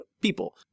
people